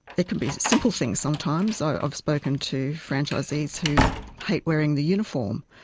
it can be simple things sometimes. i've spoken to franchisees who hate wearing the uniform.